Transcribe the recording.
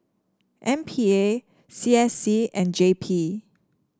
M P A C S C and J P